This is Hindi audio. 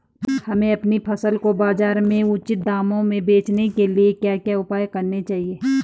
हमें अपनी फसल को बाज़ार में उचित दामों में बेचने के लिए हमें क्या क्या उपाय करने चाहिए?